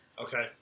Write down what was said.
Okay